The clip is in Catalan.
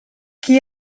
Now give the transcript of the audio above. qui